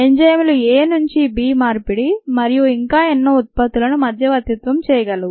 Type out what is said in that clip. ఎంజైమ్లు A నుంచి B మార్పిడి మరియు ఇంకా ఎన్నో ఉత్పత్తులను మధ్యవర్తిత్వం చేయగలవు